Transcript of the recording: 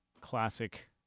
classic